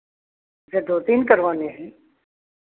अच्छा दो तीन करवानी है